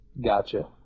Gotcha